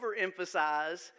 overemphasize